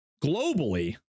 globally